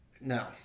No